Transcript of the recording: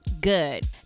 good